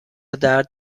درد